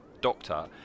Doctor